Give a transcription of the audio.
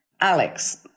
Alex